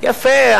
יפה,